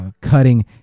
cutting